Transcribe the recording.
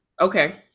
Okay